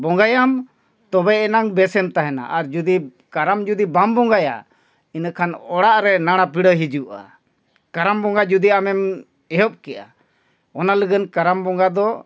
ᱵᱚᱸᱜᱟᱭᱟᱢ ᱛᱚᱵᱮ ᱮᱱᱟᱝ ᱵᱮᱥᱮᱢ ᱛᱟᱦᱮᱱᱟ ᱟᱨ ᱡᱩᱫᱤ ᱠᱟᱨᱟᱢ ᱡᱩᱫᱤ ᱵᱟᱢ ᱵᱚᱸᱜᱟᱭᱟ ᱤᱱᱟᱹ ᱠᱷᱟᱱ ᱚᱲᱟᱜ ᱨᱮ ᱱᱟᱲᱟ ᱯᱤᱲᱟᱹ ᱦᱤᱡᱩᱜᱼᱟ ᱠᱟᱨᱟᱢ ᱵᱚᱸᱜᱟ ᱡᱩᱫᱤ ᱟᱢᱮᱢ ᱮᱦᱚᱵ ᱠᱮᱜᱼᱟ ᱚᱱᱟ ᱞᱟᱜᱟᱱ ᱠᱟᱨᱟᱢ ᱵᱚᱸᱜᱟ ᱫᱚ